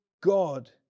God